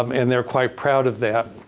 um and they're quite proud of that.